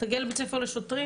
תגיע לבית ספר לשוטרים.